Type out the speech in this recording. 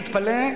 תתפלא,